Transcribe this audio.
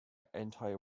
anti